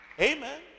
Amen